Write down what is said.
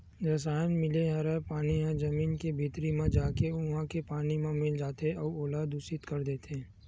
रसायन मिले हरय पानी ह जमीन के भीतरी म जाके उहा के पानी म मिल जाथे अउ ओला दुसित कर देथे